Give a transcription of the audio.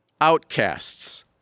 outcasts